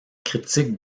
critique